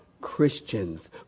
Christians